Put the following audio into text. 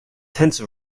tense